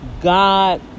God